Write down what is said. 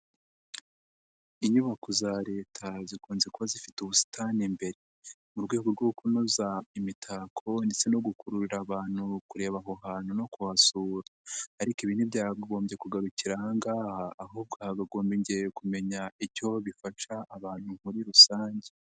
Inyubako za leta zikunze kuba zifite ubusitani mbere, mu rwego rwo kunoza imitako ndetse no gukururira abantu kureba aho hantu no kuhasura. Ariko ibi ntibyagombye kugarukira ahangaha, ahubwo hakagomngeye kumenya icyo bifasha abantu muri rusange.